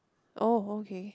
oh okay